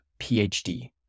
PhD